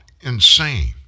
insane